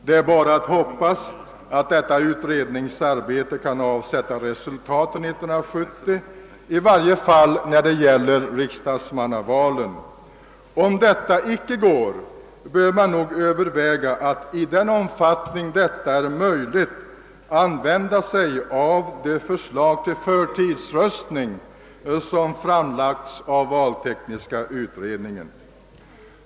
Det är bara att hoppas, att detta utredningsarbete kan avsätta resultat till 1970 — i varje fall när det gäller riksdagsmannavalen. Om detta icke går bör man nog överväga att i den omfattning detta är möjligt använda det förslag till förtidsröstning, som framlagts av valtekniska utredningen.